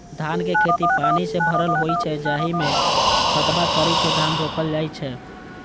धानक खेत पानि सं भरल होइ छै, जाहि मे कदबा करि के धान रोपल जाइ छै